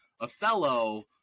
Othello